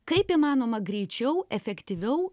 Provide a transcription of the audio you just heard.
kaip įmanoma greičiau efektyviau